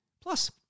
Plus